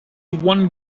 one